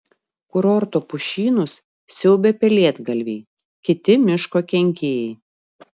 kurorto pušynus siaubia pelėdgalviai kiti miško kenkėjai